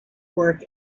work